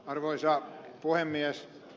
arvoisa puhemies